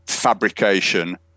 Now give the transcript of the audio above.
fabrication